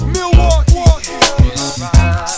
Milwaukee